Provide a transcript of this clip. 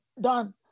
done